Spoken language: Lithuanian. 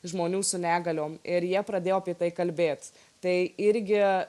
žmonių su negaliom ir jie pradėjo apie tai kalbėt tai irgi